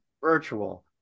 virtual